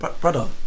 brother